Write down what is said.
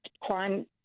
crime